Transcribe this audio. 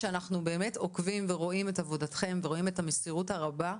שאנחנו באמת עוקבים ורואים את עבודתכם ורואים את המסירות הרבה,